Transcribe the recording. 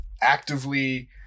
actively